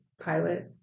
pilot